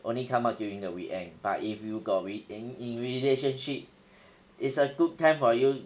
only come out during the weekend but if you got re~ in in relationship is a good time for you